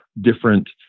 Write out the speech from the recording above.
different